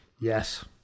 Yes